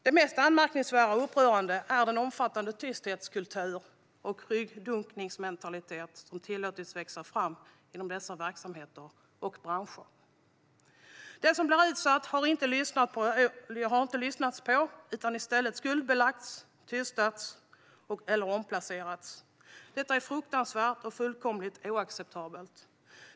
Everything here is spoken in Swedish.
Det mest anmärkningsvärda och upprörande är den omfattande tysthetskultur och ryggdunkningsmentalitet som tillåtits växa fram inom dessa verksamheter och branscher. Den som blir utsatt har inte blivit lyssnad på utan har i stället skuldbelagts, tystats eller omplacerats. Detta är fruktansvärt och fullkomligt oacceptabelt.